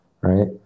right